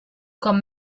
com